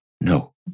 No